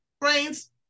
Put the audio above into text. Brains